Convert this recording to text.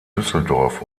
düsseldorf